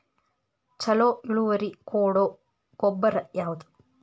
ಛಲೋ ಇಳುವರಿ ಕೊಡೊ ಗೊಬ್ಬರ ಯಾವ್ದ್?